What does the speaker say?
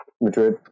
Madrid